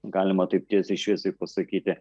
galima taip tiesiai šviesiai pasakyti